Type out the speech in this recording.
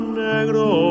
negro